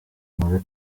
nkore